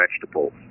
vegetables